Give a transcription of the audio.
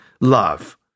love